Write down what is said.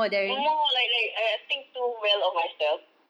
more like like I think too well of myself